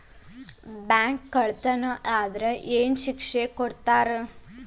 Bank ಕಳ್ಳತನಾ ಆದ್ರ ಏನ್ ಶಿಕ್ಷೆ ಕೊಡ್ತಾರ?